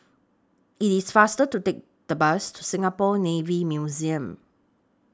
IT IS faster to Take The Bus to Singapore Navy Museum